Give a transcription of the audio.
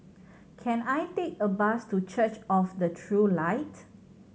can I take a bus to Church of the True Light